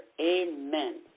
amen